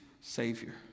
savior